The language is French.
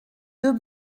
deux